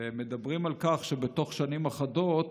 ומדברים על כך שבתוך שנים אחדות